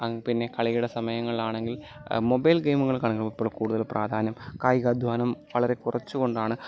പിന്നെ കളിയുടെ സമയങ്ങളിലാണെങ്കിൽ മൊബൈൽ ഗെയിമുകൾക്കാണ് ഇപ്പോൾ കൂടുതൽ പ്രാധാന്യം കായികാധ്വാനം വളരെ കുറച്ചുകൊണ്ടാണ്